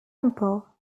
example